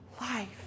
life